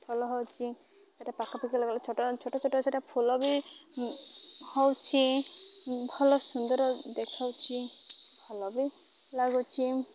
ଫଲ ହେଉଛି ସେଇଟା ପାଖାପଖି ଲାଗ ଛୋଟ ଛୋଟ ଛୋଟ ସେଟା ଫଲ ବି ହେଉଛିି ଭଲ ସୁନ୍ଦର ଦେଖାଉଛିି ଭଲ ବି ଲାଗୁଛି